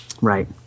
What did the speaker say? Right